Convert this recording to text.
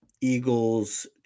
Eagles